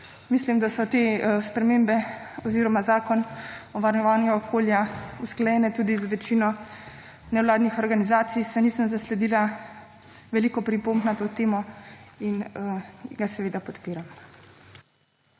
Mislim, da so te spremembe oziroma je zakon o varovanju okolja usklajen tudi z večino nevladnih organizacij, saj nisem zasledila veliko pripomb na to temo. Seveda ga podpiram.